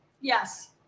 Yes